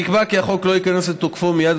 נקבע כי החוק לא ייכנס לתוקפו מייד,